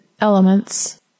elements